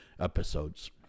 episodes